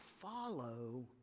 follow